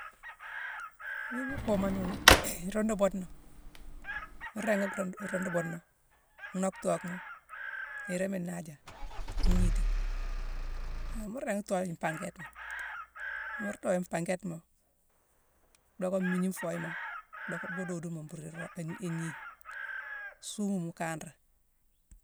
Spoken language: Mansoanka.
Wiima ikuumo nini, i rundu buudena, mu ringi-rud-ruundu buudena, nhock tokhma niiroma naaja, igniti. mu ringi tooye mpankétima. Ni mu tooye mpankétima, dhocké mmiigne nfoyema-docké-bhuu dooduma mbuuru-iroo-i-igni. Suumu mu kanré.